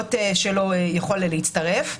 מהו המתווה הכללי של הכשרות השופטים,